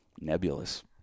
nebulous